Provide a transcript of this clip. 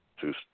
two